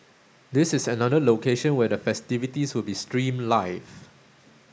this is another location where the festivities will be streamed live